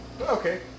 okay